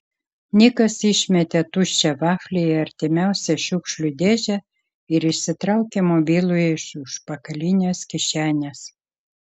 nikas išmetė tuščią vaflį į artimiausią šiukšlių dėžę ir išsitraukė mobilųjį iš užpakalinės kišenės